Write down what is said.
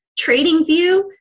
TradingView